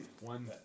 One